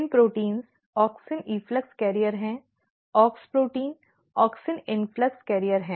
pin protein auxin efflux वाहक हैं AUX protein auxin influx वाहक हैं